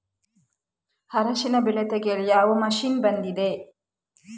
ಅರಿಶಿನ ಬೆಳೆ ತೆಗೆಯಲು ಯಾವ ಮಷೀನ್ ಬಂದಿದೆ?